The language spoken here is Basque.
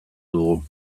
dugu